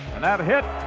and that hit